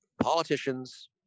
politicians